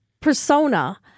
persona